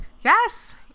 Yes